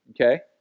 Okay